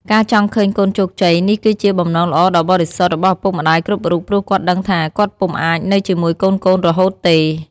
ការចង់ឃើញកូនជោគជ័យ នេះគឺជា បំណងល្អដ៏បរិសុទ្ធ របស់ឪពុកម្ដាយគ្រប់រូប ព្រោះគាត់ដឹងថា គាត់ពុំអាចនៅជាមួយកូនៗរហូតទេ។